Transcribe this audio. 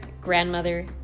grandmother